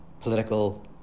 political